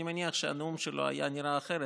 אני מניח שהנאום שלו היה נראה אחרת.